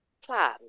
plan